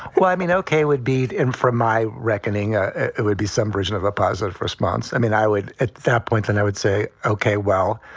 well, i mean, ok, would be in, from my reckoning ah would be some version of a positive response. i mean, i would at that point and i would say, ok, well,